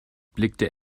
blickte